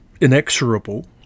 inexorable